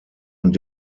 und